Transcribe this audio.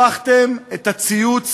הפכתם את הציוץ